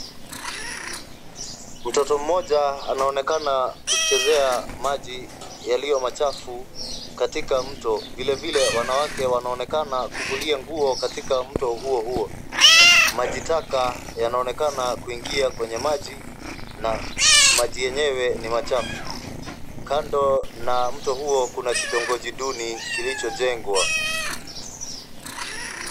Mtoto mmoja anaonekana kuchezea maji yaliyo machafu katika mto. Vilevile wanawake wanaonekana kufulia nguo katika mto huo huo. Majitaka yanaonekana kuingia kwenye maji na maji yenyewe ni machafu. Kando na mto huo kuna kitongoji duni kilichojengwa.